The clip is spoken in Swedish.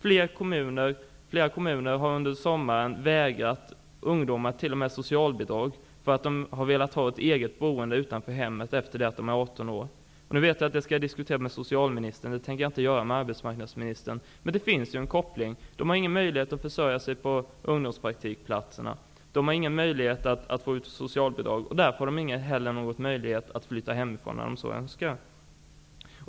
Flera kommuner har under sommaren t.o.m. vägrat ungdomar socialbidrag. De har velat ha ett eget boende utanför hemmet efter det att de blivit 18 år. Nu vet jag att jag skall diskutera detta med socialministern. Jag tänker inte diskutera det med arbetsmarknadsministern, men det finns en koppling. Ungdomarna har ingen möjlighet att försörja sig på ungdomspraktikplatserna. De har ingen möjlighet att få ut socialbidrag. Därför får de heller ingen möjlighet att flytta hemifrån när de så önskar.